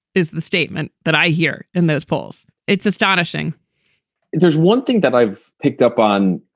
is the statement that i hear in those polls. it's astonishing there's one thing that i've picked up on.